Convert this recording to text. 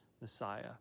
Messiah